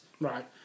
Right